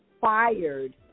fired